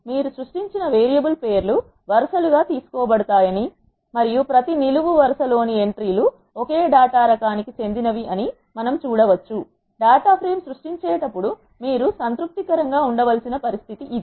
కాబట్టి మీరు సృష్టించిన వేరియబుల్ పేర్లు వరుసలుగా తీసుకోబడతాయని మరియు ప్రతి నిలువు వరుస లోని ఎంట్రీ లు ఒకే డాటా రకానికి చెందిన వి అని మనం చూడవచ్చు డేటా ఫ్రేమ్ సృష్టించే టప్పుడు మీరు సంతృప్తి కరంగా ఉండ వలసిన పరిస్థితి ఇది